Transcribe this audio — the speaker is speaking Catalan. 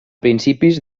principis